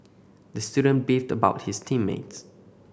the student beefed about his team mates